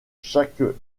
chaque